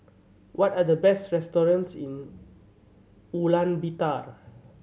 what are the best restaurants in Ulaanbaatar